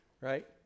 right